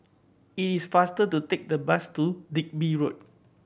it is faster to take the bus to Digby Road